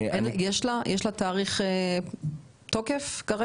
יש לה תאריך תוקף?